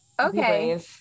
Okay